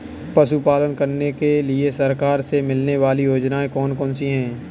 पशु पालन करने के लिए सरकार से मिलने वाली योजनाएँ कौन कौन सी हैं?